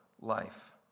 life